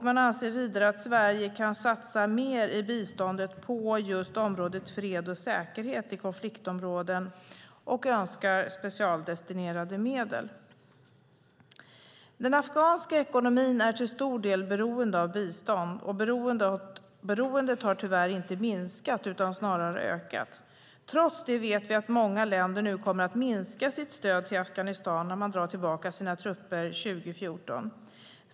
De anser vidare att Sverige kan satsa mer i biståndet på just området fred och säkerhet i konfliktområden och önskar specialdestinerade medel. Den afghanska ekonomin är till stor del beroende av bistånd. Beroendet har tyvärr inte minskat utan snarare ökat. Trots det vet vi att många länder kommer att minska sitt stöd till Afghanistan när de drar tillbaka sina trupper 2014.